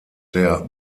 der